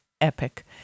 epic